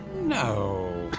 no,